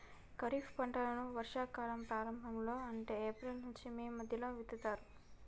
ఖరీఫ్ పంటలను వర్షా కాలం ప్రారంభం లో అంటే ఏప్రిల్ నుంచి మే మధ్యలో విత్తుతరు